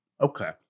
Okay